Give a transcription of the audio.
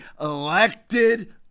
Elected